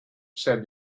said